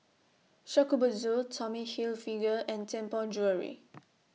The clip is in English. Shokubutsu Tommy Hilfiger and Tianpo Jewellery